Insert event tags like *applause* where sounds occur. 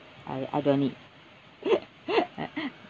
I I don't need *laughs*